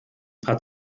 paar